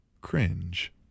Cringe